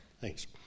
Thanks